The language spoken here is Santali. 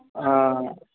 ᱦᱮᱸ